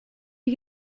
you